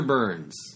Burns